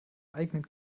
eigenen